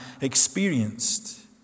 experienced